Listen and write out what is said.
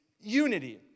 unity